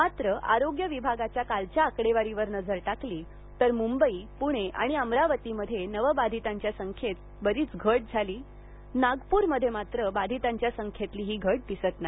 मात्र आरोग्य विभागाच्या कालच्या आकडेवारीवर नजर टाकली तर मुंबई पूणे आणि अमरावतीमध्ये नवबाधितांच्या संख्येत बरीच घट झाली नागप्रमध्ये मात्र बाधितांच्या संख्येतली ही घट दिसत नाही